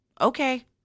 okay